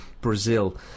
Brazil